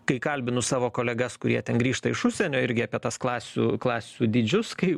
kai kalbinu savo kolegas kurie ten grįžta iš užsienio irgi apie tas klasių klasių dydžius kai